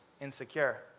insecure